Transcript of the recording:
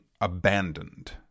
abandoned